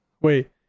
wait